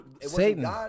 Satan